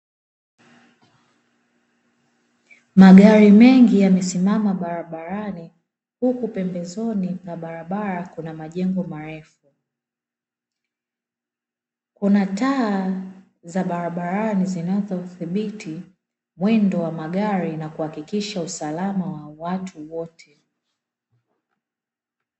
Magari mengi yamesimama barabarani, huku pembezoni mwa barabara kuna majengo marefu, kuna taa za barabarani zinazodhibiti mwendo wa magari na kuhakikisha usalama wa watu wote.